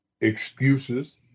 excuses